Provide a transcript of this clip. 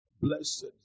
Blessed